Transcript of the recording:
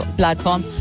platform